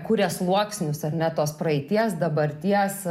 kuria sluoksnius ar ne tos praeities dabarties